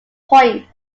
point